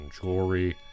jewelry